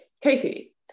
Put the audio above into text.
Katie